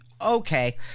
Okay